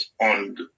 on